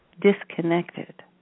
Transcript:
disconnected